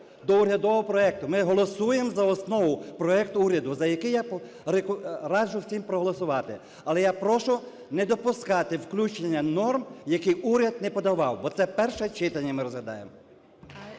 Ми голосуємо за основу проект уряду, за який я раджу всім проголосувати. Але я прошу не допускати включення норм, які уряд не подавав, бо це перше читання ми розглядаємо.